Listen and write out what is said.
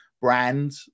brand